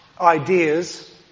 ideas